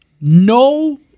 No